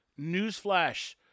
newsflash